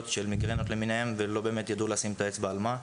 של מיגרנות למיניהן ולא באמת ידעו לשים את האצבע על מה.